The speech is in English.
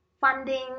funding